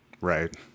Right